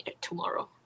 tomorrow